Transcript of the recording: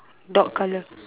dog colour